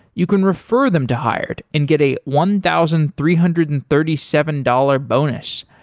you can refer them to hired and get a one thousand three hundred and thirty seven dollars bonus.